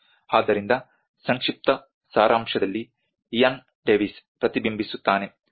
ಆದ್ದರಿಂದ ಸಂಕ್ಷಿಪ್ತ ಸಾರಾಂಶದಲ್ಲಿ ಇಯಾನ್ ಡೇವಿಸ್ ಪ್ರತಿಬಿಂಬಿಸುತ್ತಾನೆ